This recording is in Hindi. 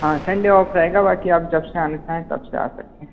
हाँ संडे ऑफ रहेगा बाकी आप जब से आना चाहें तब से आ सकते हैं